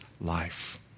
life